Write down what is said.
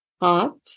hot